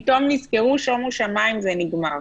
פתאום נזכרו, שומו שמיים, זה נגמר.